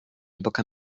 època